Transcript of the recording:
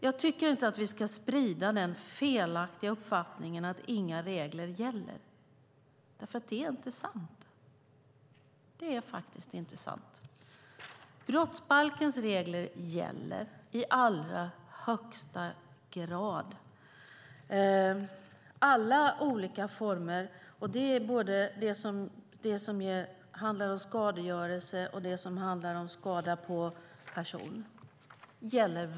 Jag tycker inte att vi ska sprida den felaktiga uppfattningen att inga regler gäller därför att det inte är sant. Det är faktiskt inte sant. Brottsbalkens regler gäller i allra högsta grad i fråga om det som handlar om skadegörelse och det som handlar om skada på person.